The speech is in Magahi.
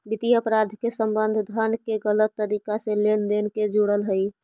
वित्तीय अपराध के संबंध धन के गलत तरीका से लेन देन से जुड़ल हइ